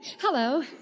Hello